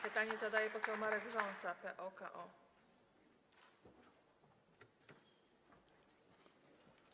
Pytanie zadaje poseł Marek Rząsa, PO-KO.